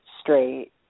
straight